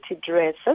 dresses